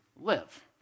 live